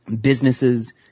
businesses